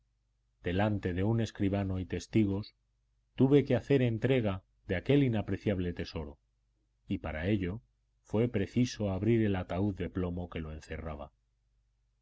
delante de un escribano y testigos tuve que hacer entrega de aquel inapreciable tesoro y para ello fue preciso abrir el ataúd de plomo que lo encerraba